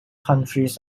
counties